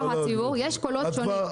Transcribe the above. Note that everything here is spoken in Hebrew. יש קולות שונים.